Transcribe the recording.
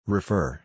Refer